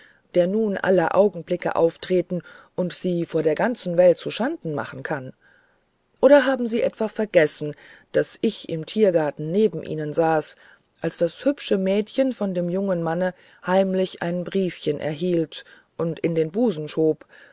der nun alle augenblicke auftreten und sie vor der ganzen welt zuschanden machen kann oder haben sie es etwa vergessen daß ich im tiergarten neben ihnen saß als das hübsche mädchen von dem jungen manne heimlich ein briefchen erhielt und in den busen schob